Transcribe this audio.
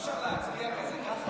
אי-אפשר להצביע ככה?